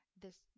this-